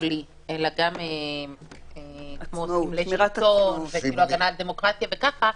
תפעולי אלא גם הגנה על דמוקרטיה וכו',